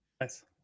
nice